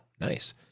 nice